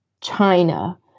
China